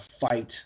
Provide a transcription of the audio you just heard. fight